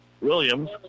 Williams